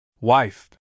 Wife